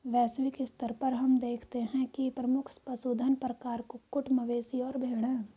वैश्विक स्तर पर हम देखते हैं कि प्रमुख पशुधन प्रकार कुक्कुट, मवेशी और भेड़ हैं